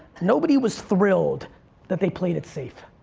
nobody was thrilled that they played it safe.